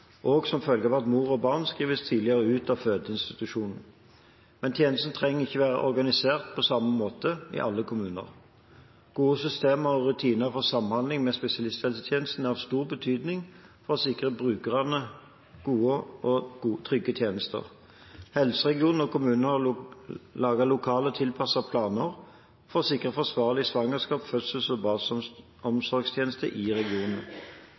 som følge av at mor og barn skrives tidligere ut fra fødeinstitusjonen. Men tjenesten trenger ikke å være organisert på samme måte i alle kommuner. Gode systemer og rutiner for samhandling med spesialisthelsetjenesten er av stor betydning for å sikre brukerne gode og trygge tjenester. Helseregioner og kommuner har laget lokalt tilpassede planer for å sikre forsvarlige svangerskaps-, fødsels- og barselomsorgstjenester i